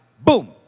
boom